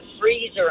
freezer